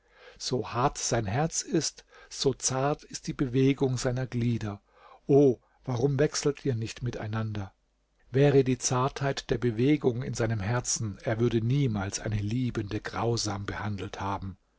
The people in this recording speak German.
so hart sein herz ist so zart ist die bewegung seiner glieder o warum wechselt ihr nicht miteinander wäre die zartheit der bewegung in seinem herzen er würde niemals eine liebende grausam behandelt haben